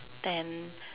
ten